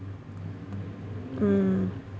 mm